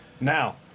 Now